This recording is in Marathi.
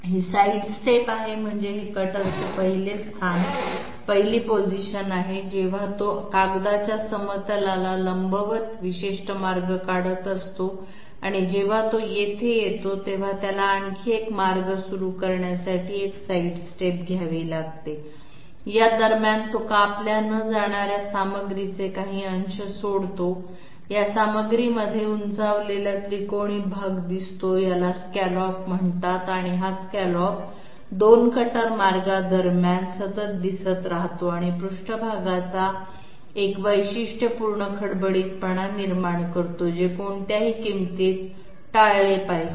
ही साईड स्टेप आहे म्हणजे हे कटर चे पहिले स्थान पहिली पोझिशन आहे जेव्हा तो कागदाच्या समतलाला लंबवत विशिष्ट मार्ग काढत असतो आणि जेव्हा तो येथे येतो तेव्हा त्याला आणखी एक मार्ग सुरू करण्यासाठी एक साईड स्टेप घ्यावी लागते यादरम्यान तो कापल्या न जाणाऱ्या सामग्रीचे काही अंश सोडतो या सामग्री मध्ये उंचावलेला त्रिकोणी भाग दिसतो याला स्कॅलॉप म्हणतात आणि हा स्कॅलॉप 2 कटर मार्गांदरम्यान सतत दिसत राहतो आणि पृष्ठभागाचा एक वैशिष्ट्यपूर्ण खडबडीतपणा निर्माण करतो जे कोणत्याही किंमतीत टाळले पाहिजे